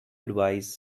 advise